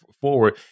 forward